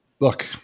look